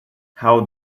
how